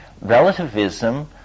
Relativism